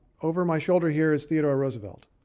over my shoulder here is theodore roosevelt.